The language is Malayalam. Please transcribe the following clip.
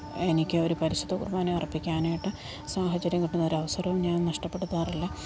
എനിക്ക് ഒരു പരിശുദ്ധ കുർബാന അർപ്പിക്കാനായിട്ട് സാഹചര്യം കിട്ടുന്ന ഒരവസരവും ഞാൻ നഷ്ടപ്പെടുത്താറില്ല